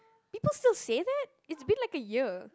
people still say that it's been like a year